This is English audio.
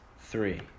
three